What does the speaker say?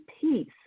peace